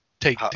Take